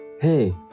Hey